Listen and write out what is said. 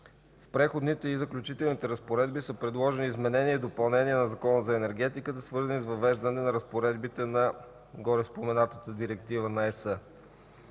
В преходните и заключителни разпоредби са предложени изменения и допълнения на Закона за енергетиката, свързани с въвеждане на разпоредбите на гореспоменатата Директива на ЕС.